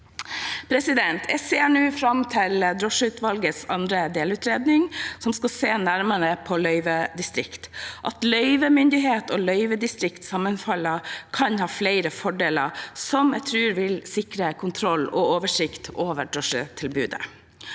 Jeg ser nå fram til drosjeutvalgets andre delutredning som skal se nærmere på løyvedistrikt. At løyvemyndighet og løyvedistrikt sammenfaller, kan ha flere fordeler, som jeg tror vil sikre kontroll og oversikt over drosjetilbudet.